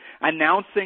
announcing